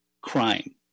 crime